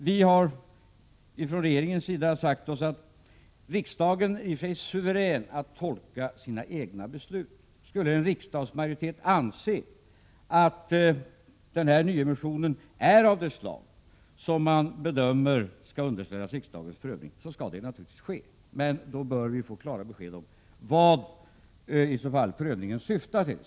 Vi har från regeringens sida sagt oss att riksdagen i sig är suverän att tolka sina egna beslut. Skulle en riksdagsmajoritet anse att denna nyemission är av det slag som man bedömer skall underställas riksdagens prövning, skall det naturligtvis ske, men vi bör då få klara besked om vad prövningen i så fall syftar till.